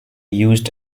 used